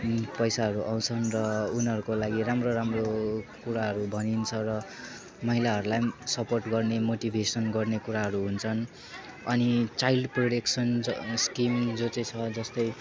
पैसाहरू आउँछन् र उनीहरूको लागि राम्रो राम्रो कुराहरू भनिन्छ र महिलाहरूलाई पनि सपोर्ट गर्ने मोटिभेसन गर्ने कुराहरू हुन्छन् अनि चाइल्ड प्रोटेक्सन स्किम जो चाहिँ छ जस्तै